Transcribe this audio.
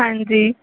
ਹਾਂਜੀ